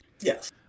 Yes